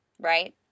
right